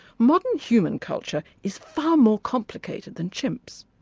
modern human culture is far more complicated than chimps.